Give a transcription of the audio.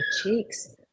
cheeks